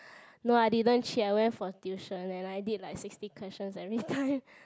no I didn't cheat I went for tuition and I did like sixty questions every time